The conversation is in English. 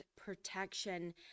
protection